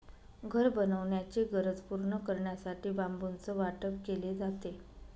घर बनवण्याची गरज पूर्ण करण्यासाठी बांबूचं वाटप केले जातात